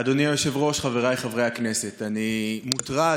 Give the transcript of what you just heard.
אדוני היושב-ראש, חבריי חברי הכנסת, אני מוטרד.